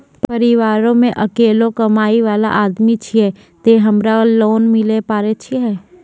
परिवारों मे अकेलो कमाई वाला आदमी छियै ते हमरा लोन मिले पारे छियै?